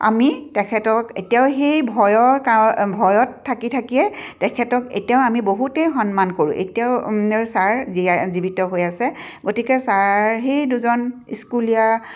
আমি তেখেতক এতিয়াও সেই ভয়ৰ কাৰ ভয়ত থাকি থাকিয়ে তেখেতক এতিয়াও আমি বহুতেই সন্মান কৰোঁ এতিয়াও ছাৰ জীয়াই জীৱিত হৈ আছে গতিকে ছাৰ সেই দুজন স্কুলীয়া